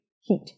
heat